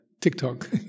TikTok